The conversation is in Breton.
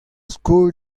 skol